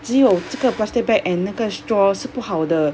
只有这个 plastic bag and 那个 straws 是不好的